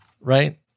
right